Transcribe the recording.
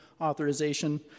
Authorization